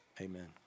amen